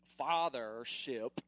fathership